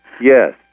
Yes